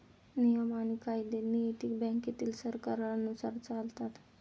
नियम आणि कायदे नैतिक बँकेतील सरकारांनुसार चालतात